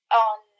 on